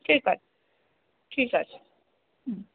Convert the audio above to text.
ঠিক আছে ঠিক আছে হুম